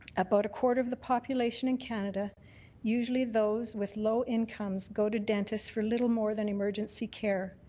about a quarter of the population in canada usually those with low incomes go to dentists for little more than emergency care.